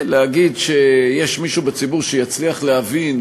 להגיד שיש מישהו בציבור שיצליח להבין,